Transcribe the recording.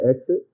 exit